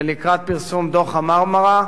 ולקראת פרסום דוח ה"מרמרה",